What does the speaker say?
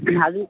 अजून